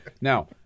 Now